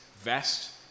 vest